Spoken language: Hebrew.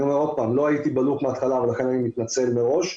ואני אומר שוב שלא הייתי בלופ מהתחלה ולכן אני מתנצל מראש,